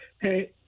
Hey